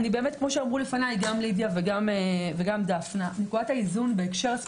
כפי שנאמר פה, נקודת האיזון בהקשר הזה